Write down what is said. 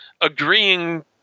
agreeing